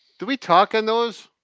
do we talk in those?